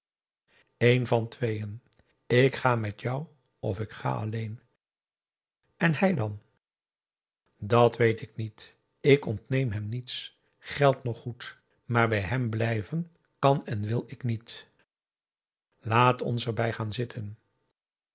een van tweeën ik ga met jou of ik ga alleen en hij dan dat weet ik niet ik ontneem hem niets geld noch goed maar bij hem blijven kan en wil ik niet laat ons erbij gaan zitten